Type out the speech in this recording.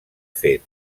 fet